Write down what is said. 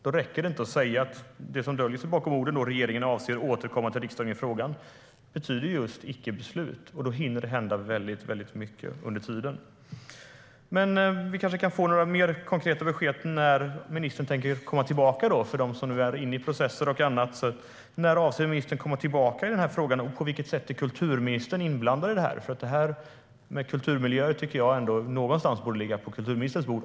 Det som döljer sig bakom orden "Regeringen avser att återkomma till riksdagen i frågan" är just ett icke-beslut. Det hinner hända väldigt mycket under tiden. Men, för dem som nu är inne i processen och annat, kan vi kanske få några mer konkreta besked om när ministern tänker komma tillbaka? När avser ministern att komma tillbaka i den här frågan, och på vilket sätt är kulturministern inblandad i det här? Frågan om kulturmiljöer tycker jag ändå borde ligga även på kulturministerns bord.